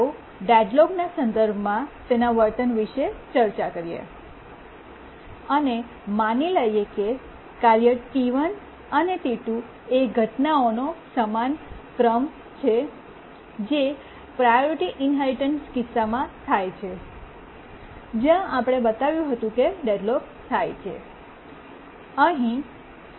ચાલો ડેડલોકના સંદર્ભમાં તેના વર્તન વિશે ચર્ચા કરીએ અને માની લઈએ કે કાર્ય T1 અને T2 એ ઘટનાઓનો સમાન ક્રમ છે જે પ્રાયોરિટી ઇન્હેરિટન્સ કિસ્સામાં થાય છે જ્યાં આપણે બતાવ્યું હતું કે ડેડલોક થાય છે